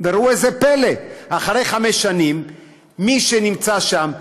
וראו זה פלא, מי שנמצא שם,